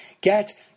Get